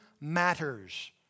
matters